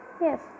Yes